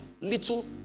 little